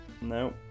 No